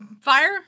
fire